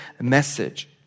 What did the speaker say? message